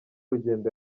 rugendo